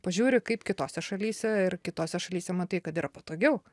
pažiūri kaip kitose šalyse ir kitose šalyse matai kad yra patogiau